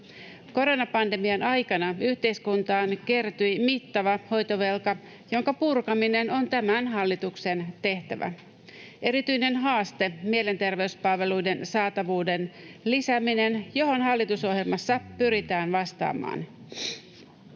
Koronapandemian aikana yhteiskuntaan kertyi mittava hoitovelka, jonka purkaminen on tämän hallituksen tehtävä. Erityinen haaste on mielenterveyspalveluiden saatavuuden lisääminen, johon hallitusohjelmassa pyritään vastaamaan.